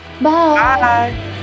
Bye